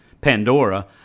Pandora